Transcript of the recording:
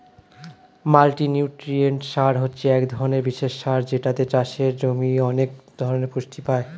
multinutrient সার হচ্ছে এক ধরণের বিশেষ সার যেটাতে চাষের জমি অনেক ধরণের পুষ্টি পায়